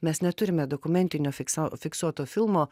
mes neturime dokumentinio fikso fiksuoto filmo